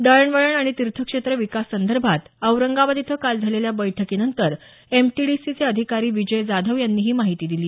दळण वळण आणि तीर्थक्षेत्र विकास संदर्भात औरंगाबाद इथं काल झालेल्या बैठकीनंतर एमटीडीसी चे अधिकारी विजय जाधव यांनी ही माहिती दिली